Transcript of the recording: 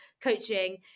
coaching